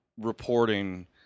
reporting